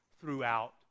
throughout